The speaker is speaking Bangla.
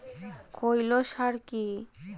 খৈল সার কি?